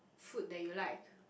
food that you like